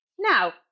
Now